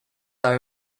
are